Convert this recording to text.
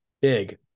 Big